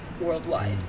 worldwide